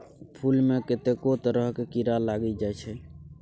फुल मे कतेको तरहक कीरा लागि जाइ छै